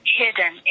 hidden